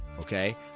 okay